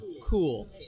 Cool